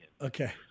Okay